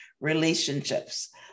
relationships